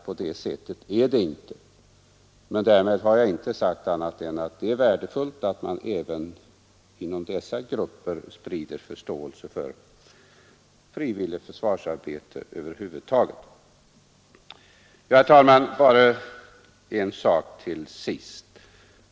På det sättet är det inte — men därmed har jag inte sagt annat än att det är värdefullt att man även inom dessa grupper sprider ytterligare förståelse för frivilligt försvarsarbete. Herr talman! Bara en sak till sist!